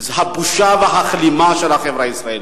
הבושה והכלימה של החברה הישראלית.